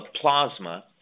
plasma